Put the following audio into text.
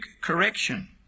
correction